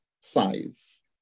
size